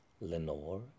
Lenore